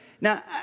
Now